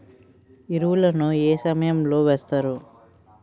ఎరువుల ను ఏ సమయం లో వేస్తారు?